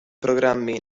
programmi